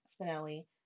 Spinelli